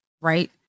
right